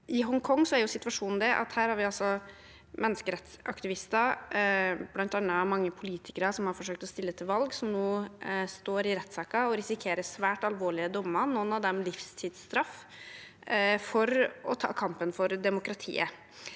I Hongkong er situasjonen at det er menneskerettsaktivister, bl.a. mange politikere som har forsøkt å stille til valg, som nå står i rettssaker og risikerer svært alvorlige dommer, noen av dem livstidsstraff, for å ta kampen for demokratiet.